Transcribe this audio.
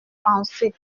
pensée